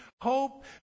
hope